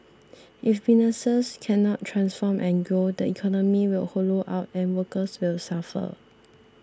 if businesses cannot transform and grow the economy will hollow out and workers will suffer